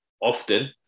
often